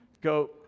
Go